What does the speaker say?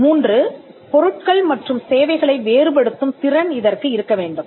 3 பொருட்கள் மற்றும் சேவைகளை வேறுபடுத்தும் திறன் அதற்கு இருக்க வேண்டும்